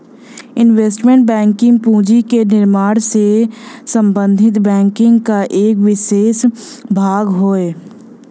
investment banking पूंजी के निर्माण से संबंधित बैंकिंग क एक विसेष भाग हौ